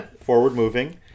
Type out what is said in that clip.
forward-moving